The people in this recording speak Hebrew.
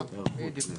אוקיי.